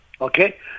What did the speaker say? okay